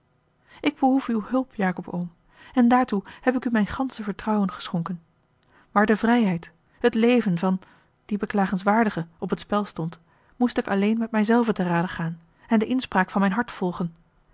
ik behoef uwe hulp jacob oom en daartoe heb ik u mijn gansche vertrouwen geschonken waar de vrijheid het leven van dien beklagenswaardige op het spel stond moest ik alleen met mij zelve te rade gaan en de inspraak van mijn hart volgen